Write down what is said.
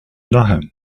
dachem